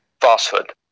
falsehood